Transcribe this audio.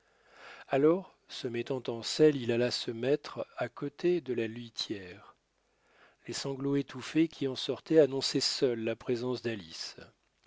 alors se mettant en selle il alla se mettre à côté de la litière les sanglots étouffés qui en sortaient annonçaient seuls la présence d'alice